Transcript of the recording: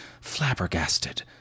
flabbergasted